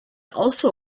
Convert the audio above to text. also